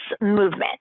movement